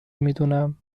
میدونم